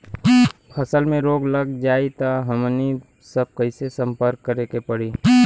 फसल में रोग लग जाई त हमनी सब कैसे संपर्क करें के पड़ी?